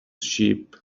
sheep